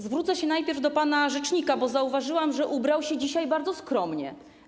Zwrócę się najpierw do pana rzecznika, bo zauważyłam, że ubrał się dzisiaj bardzo skromnie.